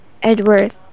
Edward